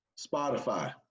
Spotify